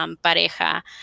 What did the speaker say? pareja